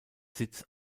sitz